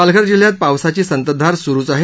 पालघर जिल्ह्यात पावसाची संततधार सुरुच आहे